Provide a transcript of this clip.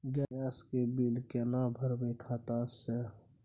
Gas के bill केना भरबै खाता से?